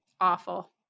Awful